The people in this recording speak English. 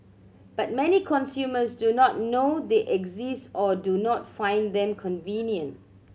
but many consumers do not know they exist or do not find them convenient